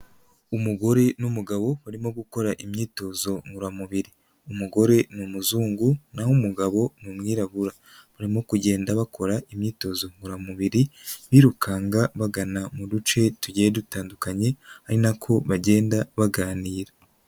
Umugore n'umugabo barimo gukora imyitozo ngororamubiri, umugore ni umuzungu, naho umugabo mu umwirabura, barimo kugenda bakora imyitozo ngororamubiri birukanka, bagana mu duce tugiye dutandukanye ari nako bagenda baganira.